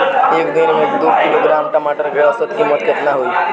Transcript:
एक दिन में दो किलोग्राम टमाटर के औसत कीमत केतना होइ?